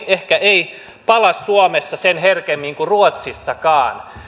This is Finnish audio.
ehkä ei pala suomessa sen herkemmin kuin ruotsissakaan